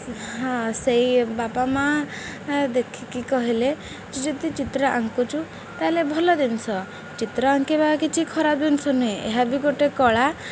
ହଁ ସେଇ ବାପା ମାଆ ଦେଖିକି କହିଲେ ଯଦି ଚିତ୍ର ଆଙ୍କୁୁଛୁ ତାହେଲେ ଭଲ ଜିନିଷ ଚିତ୍ର ଆଙ୍କିବା କିଛି ଖରାପ ଜିନିଷ ନୁହେଁ ଏହା ବିି ଗୋଟେ କଳା